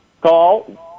Call